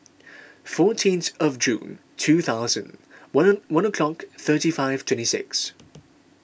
fourteenth of June two thousand one one o'clock thirty five twenty six